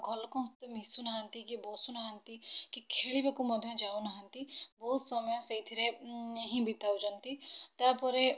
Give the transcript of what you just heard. ଘର ଲୋକଙ୍କ ସହିତ ମିଶୁ ନାହାଁନ୍ତିକି ବସୁ ନାହାନ୍ତି କି ଖେଳିବାକୁ ମଧ୍ୟ ଯାଉନାହାଁନ୍ତି ବହୁତ ସମୟ ସେଇଥିରେ ହିଁ ବିତାଉଛନ୍ତି ତା'ପରେ